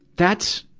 that's,